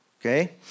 Okay